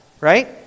right